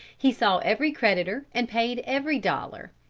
he saw every creditor and paid every dollar.